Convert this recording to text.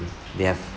they have